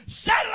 Settle